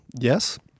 Yes